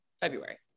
February